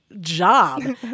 job